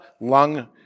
lung